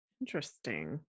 Interesting